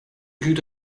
good